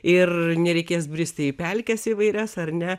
ir nereikės bristi į pelkes įvairias ar ne